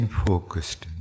focused